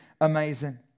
amazing